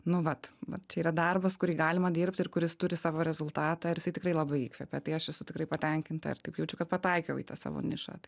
nu vat mat čia yra darbas kurį galima dirbti ir kuris turi savo rezultatą ir jisai tikrai labai įkvepia tai aš esu tikrai patenkinta ir taip jaučiu kad pataikiau į tą savo nišą